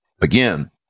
again